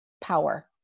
power